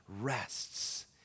rests